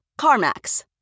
CarMax